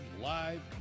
live